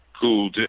Cool